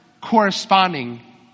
corresponding